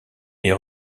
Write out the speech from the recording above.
est